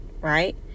right